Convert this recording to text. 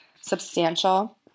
substantial